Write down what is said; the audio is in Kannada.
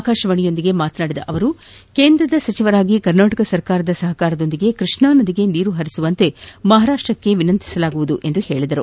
ಆಕಾಶವಾಣಿಯೊಂದಿಗೆ ಮಾತನಾಡಿದ ಅವರು ಕೇಂದ್ರದ ಸಚಿವರಾಗಿ ಕರ್ನಾಟಕ ಸರ್ಕಾರದ ಸಹಕಾರದೊಂದಿಗೆ ಕೃಷ್ಣಾ ನದಿಗೆ ನೀರು ಪರಿಸುವಂತೆ ಮಹಾರಾಷ್ಟಕ್ಕೆ ವಿನಂತಿಸಲಾಗುವುದು ಎಂದು ಹೇಳಿದರು